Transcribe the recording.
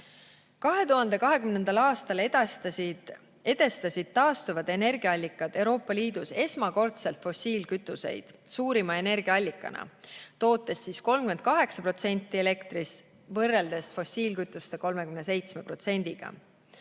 2020. aastal edestasid taastuvad energiaallikad Euroopa Liidus esmakordselt fossiilkütuseid suurima energiaallikana, tootes 38% elektrist, võrreldes fossiilkütuste 37%-ga.